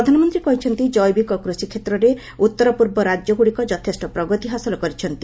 ପ୍ରଧାନମନ୍ତ୍ରୀ କହିଛନ୍ତି ଜେବିକ କୃଷିକ୍ଷେତ୍ରରେ ଉତ୍ତର ପୂର୍ବ ରାଜ୍ୟଗୁଡ଼ିକ ଯଥେଷ୍ଟ ପ୍ରଗତି ହାସଲ କରିଛନ୍ତି